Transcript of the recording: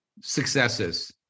successes